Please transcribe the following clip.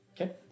Okay